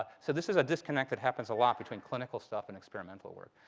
ah so this is a disconnect that happens a lot between clinical stuff and experimental work.